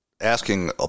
asking